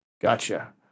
Gotcha